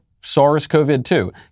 SARS-CoV-2